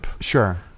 Sure